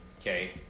Okay